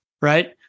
right